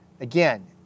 Again